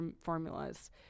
formulas